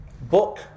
book